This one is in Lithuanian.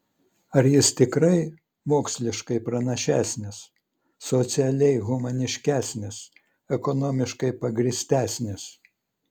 ar jis tikrai moksliškai pranašesnis socialiai humaniškesnis ekonomiškai pagrįstesnis